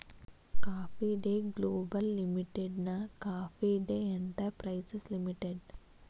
coffee day global ಲಿಮಿಟೆಡ್ನ coffee day enterprises limited